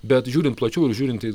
bet žiūrint plačiau ir žiūrint į